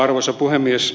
arvoisa puhemies